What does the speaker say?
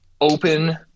open